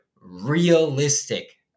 realistic